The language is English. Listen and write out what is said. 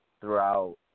throughout